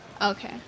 Okay